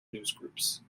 newsgroups